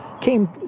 came